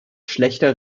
schlechter